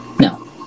No